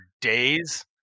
days